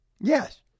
Yes